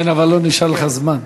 כן, אבל לא נשאר לך זמן.